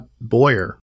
Boyer